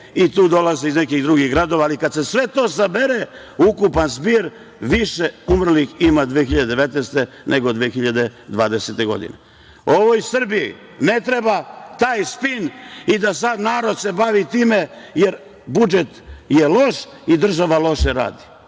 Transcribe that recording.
i tu dolaze iz nekih drugih gradova, ali kada se sve to sabere ukupan zbir više umrlih ima 2019. godine, nego 2020. godine. Ovoj Srbiji ne treba taj spin i da se sad narod bavi time, jer budžet je loš i država loše radi.